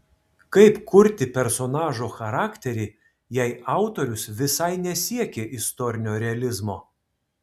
kaip kurti personažo charakterį jei autorius visai nesiekė istorinio realizmo